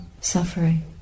suffering